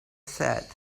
said